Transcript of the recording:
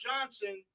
Johnson